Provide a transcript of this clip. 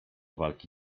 walki